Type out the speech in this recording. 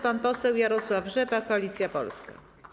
Pan poseł Jarosław Rzepa, Koalicja Polska.